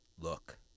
look